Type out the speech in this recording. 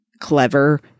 clever